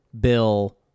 bill